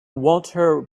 walter